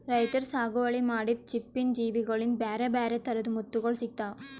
ರೈತರ್ ಸಾಗುವಳಿ ಮಾಡಿದ್ದ್ ಚಿಪ್ಪಿನ್ ಜೀವಿಗೋಳಿಂದ ಬ್ಯಾರೆ ಬ್ಯಾರೆ ಥರದ್ ಮುತ್ತುಗೋಳ್ ಸಿಕ್ತಾವ